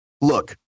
look